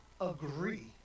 agree